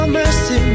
mercy